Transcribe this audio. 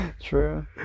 true